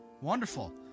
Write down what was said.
wonderful